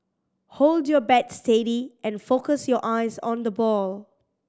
hold your bat steady and focus your eyes on the ball